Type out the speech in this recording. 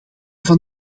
van